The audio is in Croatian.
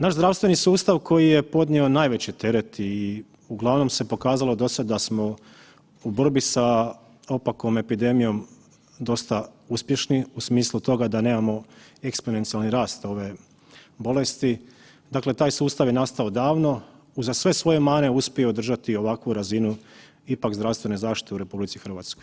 Naš zdravstveni sustav koji je podnio najveći teret i uglavnom se pokazalo dosad da smo u borbi sa opakom epidemijom dosta uspješni u smislu toga da nemamo eksponencijalni rast ove bolesti, dakle taj sustav je nastao davno, uza sve svoje mane uspio je održati ovakvu razinu ipak zdravstvene zaštite u RH.